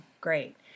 great